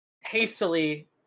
hastily